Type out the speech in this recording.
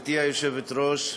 גברתי היושבת-ראש,